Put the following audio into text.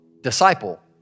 disciple